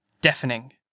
deafening